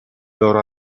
loro